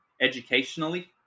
educationally